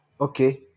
Okay